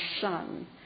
son